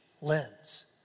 lens